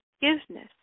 forgiveness